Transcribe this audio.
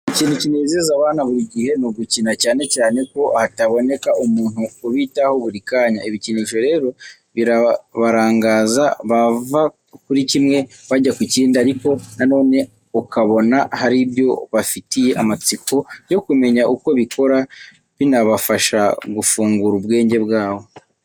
Ikintu kinezeza abana buri gihe ni ugukina, cyane cyane ko hataboneka umuntu ubitaho buri kanya. Ibikinisho rero birabarangaza, bava kuri kimwe bajya ku kindi, ariko na none ukabona hari ibyo bafitiye amatsiko yo kumenya uko bikora. Binabafasha gufungura ubwenge bwabo.